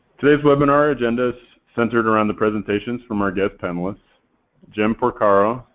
today's webinar agenda is centered around the presentations from our guest panelists jem porcaro,